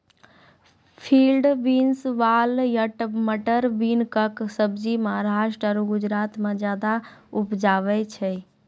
field beans, वाल या butter bean कॅ सब्जी महाराष्ट्र आरो गुजरात मॅ ज्यादा उपजावे छै